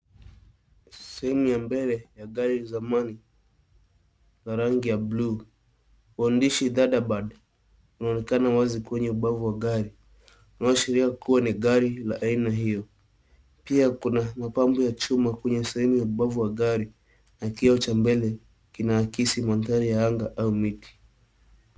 Sehemu ya mbele ya gari ya dhamani ya rangi ya blue maandishi thunder bird yanaonekana wazi kwenye bavu ya gari, kuashiria kuwa ni gari ya aina hiyo, pia kuna mapambo ya chuma kwenye sehemu ya bavu ya gari, na kioo cha mbele kinaakisi mandhari ya anga au miti.